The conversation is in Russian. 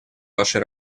вашей